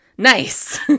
Nice